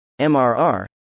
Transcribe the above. MRR